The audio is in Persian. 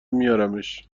میارمش